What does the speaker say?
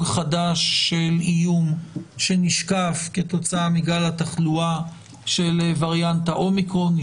חדש של איום שנשקף כתוצאה מגל התחלואה של וריאנט ה-אומיקרון.